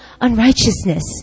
unrighteousness